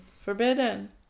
Forbidden